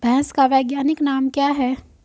भैंस का वैज्ञानिक नाम क्या है?